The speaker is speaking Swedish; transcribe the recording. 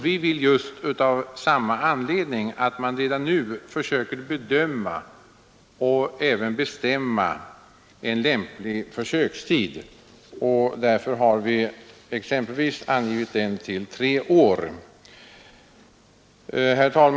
Vi vill av samma anledning att man redan nu försöker fastställa en lämplig försökstid, och vi har angivit att en sådan kunde vara exempelvis tre år. Herr talman!